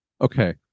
okay